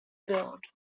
build